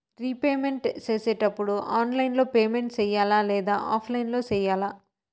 repayment సేసేటప్పుడు online లో payment సేయాలా లేదా ఆఫ్లైన్ లో సేయాలా